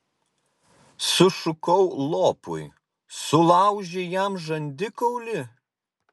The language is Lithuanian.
sušukau lopui sulaužei jam žandikaulį